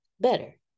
better